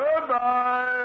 Goodbye